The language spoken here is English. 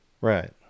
Right